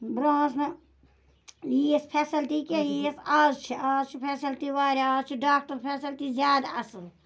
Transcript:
برونٛہہ ٲسۍ نہٕ ییٖژ فیسَلٹی کینٛہہ ییٖژ آز چھِ آز چھِ فیسَلٹی واریاہ آز چھِ ڈاکٹر فیسَلٹی زیادٕ اصل